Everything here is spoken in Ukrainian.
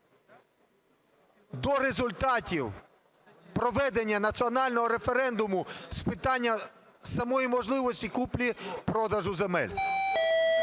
до результатів проведення національного референдуму з питання самої можливості куплі-продажу земель.